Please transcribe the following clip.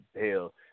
hell